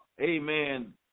amen